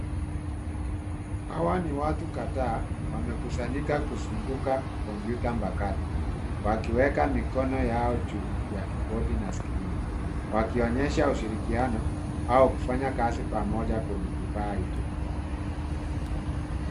Hawa ni watu kadhaa wamekusanyika kuzunguka komputa mpakato, wakiweka mikono yao juu ya keyboardi na skrini. Wakionyesha ushirikiano au kufanya kazi pamoja kwenye kifaa hicho.